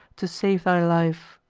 to save thy life.